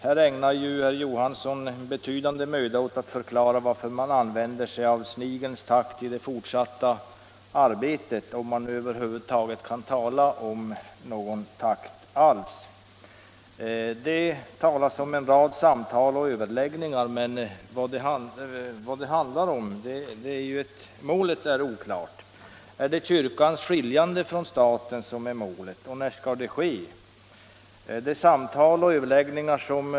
Herr Johansson ägnar betydande möda åt att förklara varför man använder sig av snigelns takt i det fortsatta arbetet — om man över huvud taget kan tala om någon takt alls. Det talas om en rad samtal och överläggningar, men målet är oklart. Är det kyrkans skiljande från staten som är målet, och hur skall det ske?